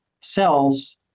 cells